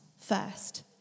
first